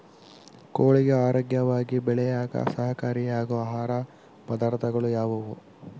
ಕೋಳಿಗೆ ಆರೋಗ್ಯವಾಗಿ ಬೆಳೆಯಾಕ ಸಹಕಾರಿಯಾಗೋ ಆಹಾರ ಪದಾರ್ಥಗಳು ಯಾವುವು?